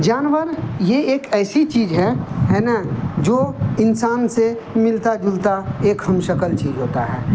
جانور یہ ایک ایسی چیز ہے ہے نا جو انسان سے ملتا جلتا ایک ہم شکل چیز ہوتا ہے